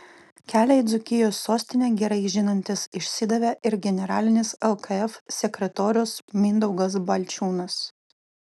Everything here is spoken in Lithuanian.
kelią į dzūkijos sostinę gerai žinantis išsidavė ir generalinis lkf sekretorius mindaugas balčiūnas